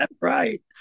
Right